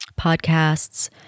podcasts